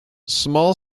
small